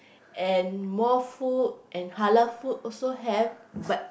and more food and Halal food also have